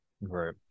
Right